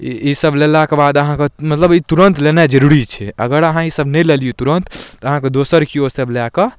ईसब लेलाके बाद अहाँके मतलब ई तुरन्त लेनाइ जरूरी छै अगर अहाँ ईसब नहि लेलिए तुरन्त तऽ अहाँके दोसर केओ ईसब लऽ कऽ अहाँके मारि देत